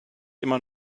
immer